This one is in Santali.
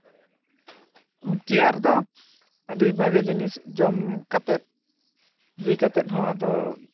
ᱪᱮᱭᱟᱨ ᱫᱚ ᱟᱹᱰᱤ ᱵᱷᱟᱜᱮ ᱡᱤᱱᱤᱥ ᱡᱚᱢ ᱠᱟᱛᱮᱫ ᱵᱤ ᱠᱟᱛᱮᱫ ᱦᱚᱸ ᱟᱫᱚ